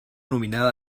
nominada